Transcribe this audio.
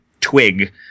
twig